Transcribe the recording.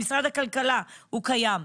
במשרד הכלכלה הוא קיים,